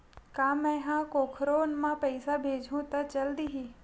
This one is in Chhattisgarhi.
का मै ह कोखरो म पईसा भेजहु त चल देही?